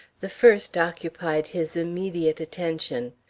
the first occupied his immediate attention.